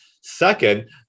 Second